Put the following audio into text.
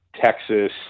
Texas